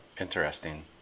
Interesting